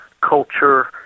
culture